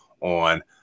on